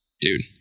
Dude